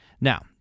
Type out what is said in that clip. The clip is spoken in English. Now